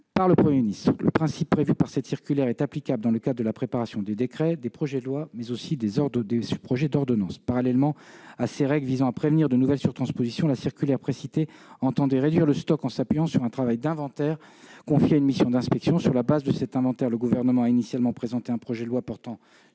par le Premier ministre. Le principe de cette circulaire est applicable dans le cadre de la préparation des décrets, des projets de loi et des projets d'ordonnance. Parallèlement à ces règles visant à prévenir de nouvelles surtranspositions, la circulaire précitée entendait réduire le stock en s'appuyant sur un travail d'inventaire confié à une mission d'inspection. Sur la base de cet inventaire, le Gouvernement a initialement présenté un projet de loi portant